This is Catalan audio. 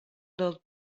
del